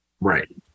Right